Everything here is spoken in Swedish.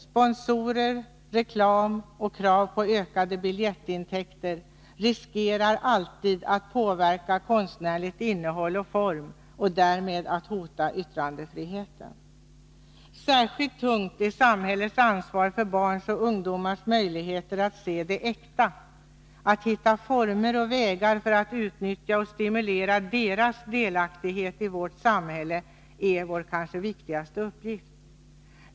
Sponsorer, reklam och krav på ökade biljettintäkter riskerar alltid att påverka konstnärligt innehåll och form och därmed att hota yttrandefriheten. Särskilt tungt är samhällets ansvar för barns och ungdomars möjligheter att se det äkta. Att hitta former och vägar för att utnyttja och stimulera deras delaktighet i vårt samhälle är vår kanske viktigaste uppgift.